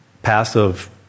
passive